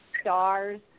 stars